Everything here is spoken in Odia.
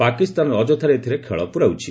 ପାକିସ୍ତାନ ଅଯଥାରେ ଏଥିରେ ଖଳ ପ୍ରରାଉଛି